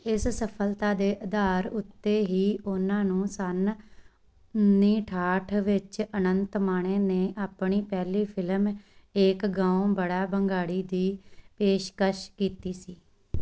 ਇਸ ਸਫਲਤਾ ਦੇ ਅਧਾਰ ਉੱਤੇ ਹੀ ਉਹਨਾਂ ਨੂੰ ਸੰਨ ਉੱਨੀ ਅਠਾਹਠ ਵਿੱਚ ਅਨੰਤ ਮਾਣੇ ਨੇ ਆਪਣੀ ਪਹਿਲੀ ਫ਼ਿਲਮ ਏਕ ਗਾਓਂ ਬੜਾ ਭੰਗਾੜੀ ਦੀ ਪੇਸ਼ਕਸ਼ ਕੀਤੀ ਸੀ